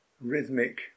rhythmic